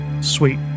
Sweet